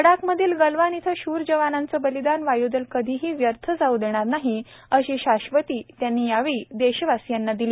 लडाखमधील गलवान इथलं शूर जवानांचं बलिदान वायूदल कधीही व्यर्थ जाऊ देणार नाही अशी शाश्वती त्यांनी यावेळी देशवासीयांना दिली